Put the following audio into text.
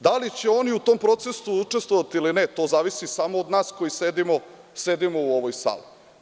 Da li će oni u tom procesu učestvovati ili ne, to zavisi samo od nas koji sedimo u ovoj sali.